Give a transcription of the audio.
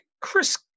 Chris